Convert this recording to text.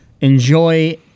enjoy